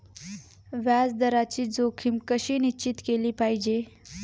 व्याज दराची जोखीम कशी निश्चित केली पाहिजे